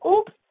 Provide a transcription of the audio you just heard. Oops